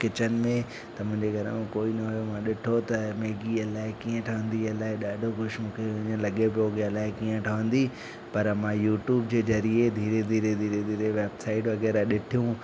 kitchen में त मुंहिंजे घर में कोइ न हुयो त मां ॾिठो त मैगी अलाए कीअं ठहंदी अलाए ॾाढो कुझु मूंखे ईअं लॻे पियो कि अलाए कीअं ठहंदी पर मां यूट्यूब जे ज़रिये धीरे धीरे धीरे धीरे वेबसाईट वग़ैरह ॾिठियूं